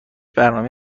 برنامه